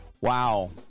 wow